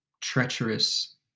treacherous